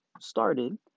started